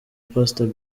pastor